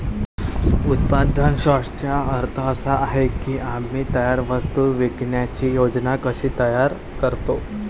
उत्पादन सॉर्टर्सचा अर्थ असा आहे की आम्ही तयार वस्तू विकण्याची योजना कशी तयार करतो